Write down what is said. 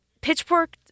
Pitchfork